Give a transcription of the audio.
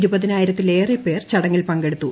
ഇരുപതിനായിരത്തിലേറെ പേർ ചടങ്ങിൽ പങ്കെടുത്തു